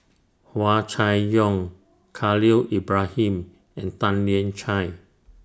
Hua Chai Yong Khalil Ibrahim and Tan Lian Chye